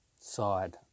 side